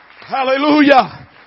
hallelujah